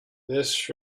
this